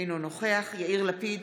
אינו נוכח יאיר לפיד,